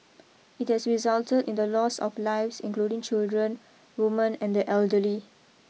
it has resulted in the loss of lives including children women and the elderly